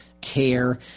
care